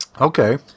Okay